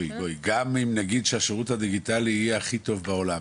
גם אם נגיד שהשירות הדיגיטלי יהיה הכי טוב בעולם,